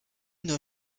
nur